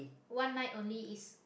one night only is